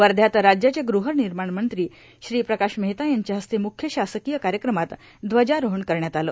वर्ध्यात राज्याचे गृहनिर्माण मंत्री श्री प्रकाश मेहता यांच्या हस्ते मुख्य शासकीय कार्यक्रमात ध्वजारोहण करण्यात आलं